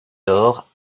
alors